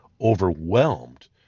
overwhelmed